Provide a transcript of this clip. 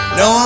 no